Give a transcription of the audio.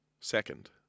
Second